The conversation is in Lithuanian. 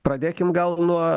pradėkim gal nuo